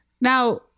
Now